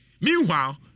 Meanwhile